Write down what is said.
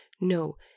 No